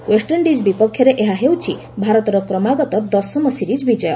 West Indies ବିପକ୍ଷରେ ଏହା ହେଉଛି ଭାରତର କ୍ରମାଗତ ଦଶମ ସିରିଜ୍ ବିଜୟ